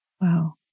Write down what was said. Wow